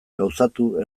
gauzatu